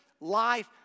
life